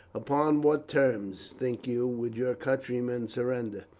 upon what terms, think you, would your countrymen surrender?